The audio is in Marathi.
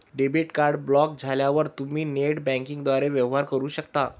डेबिट कार्ड ब्लॉक झाल्यावर तुम्ही नेट बँकिंगद्वारे वेवहार करू शकता